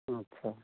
अच्छा